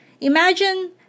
Imagine